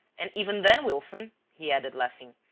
and, even then, wilson, he added, laughing,